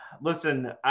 Listen